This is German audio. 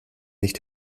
nicht